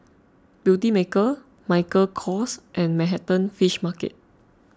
Beautymaker Michael Kors and Manhattan Fish Market